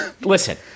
Listen